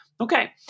okay